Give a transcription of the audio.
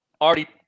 already